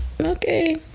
okay